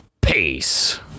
peace